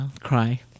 Cry